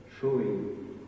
showing